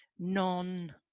non